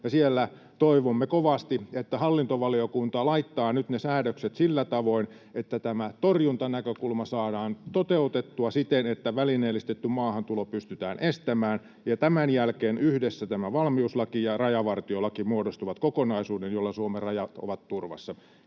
Ja toivomme kovasti, että hallintovaliokunta laittaa nyt ne säädökset sillä tavoin, että tämä torjuntanäkökulma saadaan toteutettua siten, että välineellistetty maahantulo pystytään estämään ja tämän jälkeen yhdessä tämä valmiuslaki ja rajavartiolaki muodostavat kokonaisuuden, jolla Suomen rajat ovat turvassa.